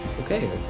okay